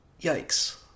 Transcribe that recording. Yikes